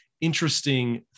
interesting